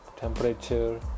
temperature